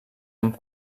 amb